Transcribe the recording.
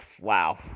wow